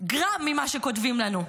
גרם ממה שכותבים לנו.